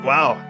Wow